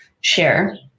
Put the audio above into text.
share